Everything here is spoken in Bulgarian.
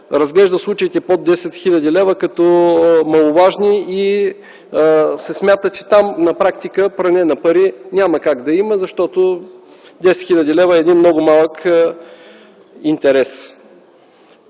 разглежда случаите под 10 хил. лв. като маловажни и се смята, че там на практика пране на пари няма как да има, защото 10 хил. лв. е един много малък интерес.